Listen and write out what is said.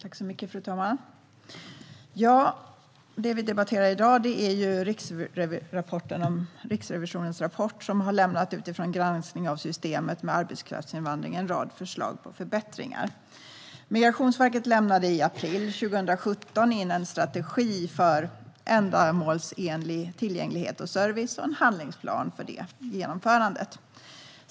Fru talman! Vi debatterar i dag rapporten från Riksrevisionen, som utifrån en granskning av systemet med arbetskraftsinvandring har lämnat en rad förslag till förbättringar. Migrationsverket lämnade i april 2017 in en strategi för ändamålsenlig tillgänglighet och service och en handlingsplan för genomförandet.